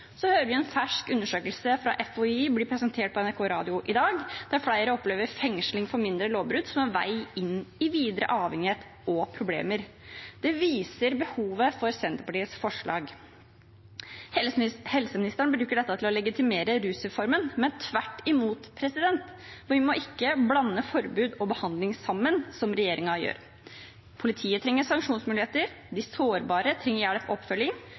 Så hører vi en fersk undersøkelse fra FHI bli presentert på NRK Radio i dag: Flere opplever fengsling for mindre lovbrudd som en vei inn i videre avhengighet og problemer. Det viser behovet for Senterpartiets forslag. Helseministeren bruker dette til å legitimere rusreformen, men tvert imot: Vi må ikke blande sammen forbud og behandling, som regjeringen gjør. Politiet trenger sanksjonsmuligheter, de sårbare trenger hjelp og oppfølging,